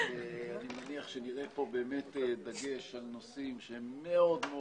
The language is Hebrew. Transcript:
ואני מניח שנראה פה דגש על נושאים שהם מאוד מאוד